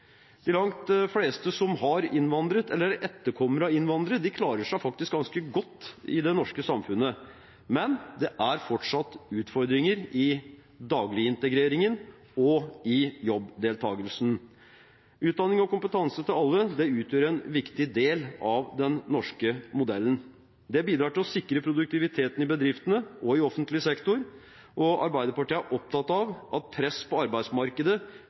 Langt de fleste som har innvandret, eller som er etterkommere av innvandrere, klarer seg ganske godt i det norske samfunnet, men det er fortsatt utfordringer med dagligintegreringen og jobbdeltakelsen. Utdanning og kompetanse for alle utgjør en viktig del av den norske modellen. Det bidrar til å sikre produktiviteten i bedriftene og i offentlig sektor. Arbeiderpartiet er opptatt av at press på arbeidsmarkedet